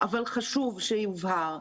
אבל חשוב שיובהר.